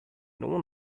know